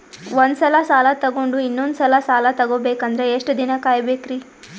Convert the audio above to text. ಒಂದ್ಸಲ ಸಾಲ ತಗೊಂಡು ಇನ್ನೊಂದ್ ಸಲ ಸಾಲ ತಗೊಬೇಕಂದ್ರೆ ಎಷ್ಟ್ ದಿನ ಕಾಯ್ಬೇಕ್ರಿ?